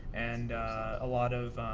and a lot of,